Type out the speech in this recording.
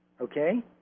Okay